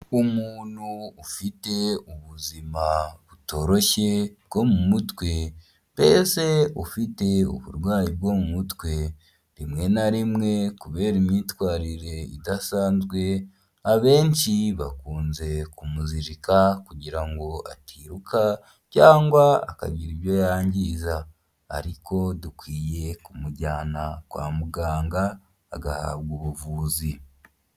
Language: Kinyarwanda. Umuntu ufite ubuzima butoroshye bwo mu mutwe mbese ufite uburwayi bwo mu mutwe rimwe na rimwe kubera imyitwarire idasanzwe abenshi bakunze kumuzirika kugira ngo atiruka cyangwa akagira ibyo yangiza ariko dukwiye kumujyana kwa muganga agahabwa ubuvuzi.